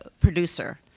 producer